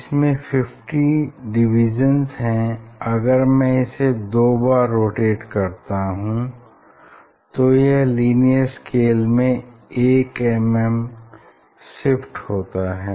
इसमें 50 डिविज़न्स हैं अगर मैं इसे दो बार रोटेट करता हूँ तो यह लीनियर स्केल में 1 mm शिफ्ट होता है